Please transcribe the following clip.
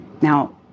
Now